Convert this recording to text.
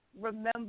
remember